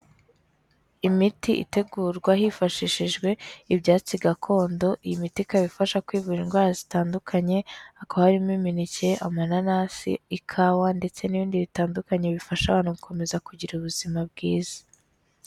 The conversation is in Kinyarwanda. Imiti itegurwa hifashishijwe ibyatsi gakondo, iyi miti ikaba ifasha kwivura indwara zitandukanye, hakaba harimo imineke, amananasi, ikawa ndetse n'ibindi bitandukanye, bifasha abantu gukomeza kugira ubuzima bwiza.